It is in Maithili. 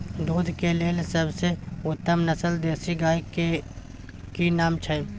दूध के लेल सबसे उत्तम नस्ल देसी गाय के की नाम छै?